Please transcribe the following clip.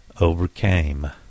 overcame